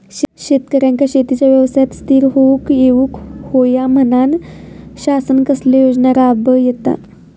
शेतकऱ्यांका शेतीच्या व्यवसायात स्थिर होवुक येऊक होया म्हणान शासन कसले योजना राबयता?